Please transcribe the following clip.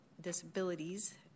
Disabilities